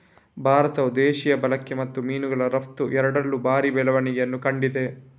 ಭಾರತವು ದೇಶೀಯ ಬಳಕೆ ಮತ್ತು ಮೀನುಗಳ ರಫ್ತು ಎರಡರಲ್ಲೂ ಭಾರಿ ಬೆಳವಣಿಗೆಯನ್ನು ಕಂಡಿದೆ